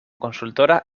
consultora